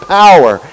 power